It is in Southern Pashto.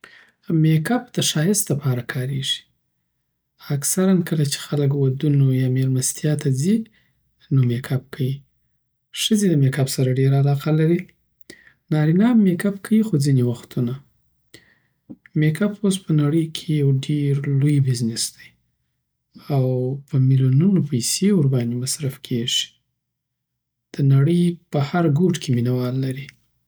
میک آپ د ښایست دپاره کاریږی اکثرآ کله چی خلک ودونو او یا میلمستیا ته ځی نو میک آپ کوی ښځی د میک آپ سره ډیره علاقه لری نارینه هم میک آپ کویی خو ځینی وختونه میک آپ اوس په نړی کی یو ډیره لوی بزنس دی او په میلیونونو پیسی ورباندی مصرف کیږی دنړی په هر ګوټ کی مینه وال لری